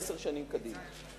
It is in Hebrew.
עשר שנים אחורה.